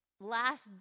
last